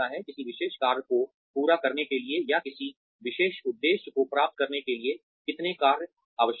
किसी विशेष कार्य को पूरा करने के लिए या किसी विशेष उद्देश्य को प्राप्त करने के लिए कितने कार्य आवश्यक हैं